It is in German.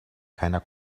keiner